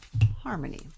harmony